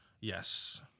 Yes